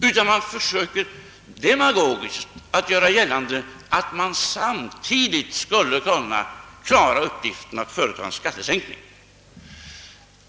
Högern försöker tvärtom demagogiskt göra gällande, att man samtidigt skulle kunna klara uppgiften att företa en skattesänkning.